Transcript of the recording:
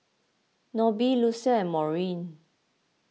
Nobie Lucile and Maureen